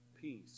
Peace